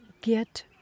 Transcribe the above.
get